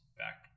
back